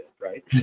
right